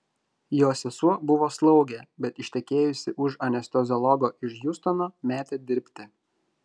jo sesuo buvo slaugė bet ištekėjusi už anesteziologo iš hjustono metė dirbti